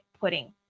pudding